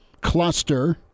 cluster